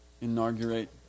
inaugurate